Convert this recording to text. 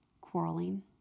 Quarreling